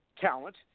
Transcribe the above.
talent